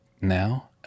now